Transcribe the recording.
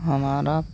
हमारा